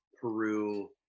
Peru